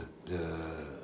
the